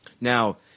Now